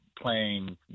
playing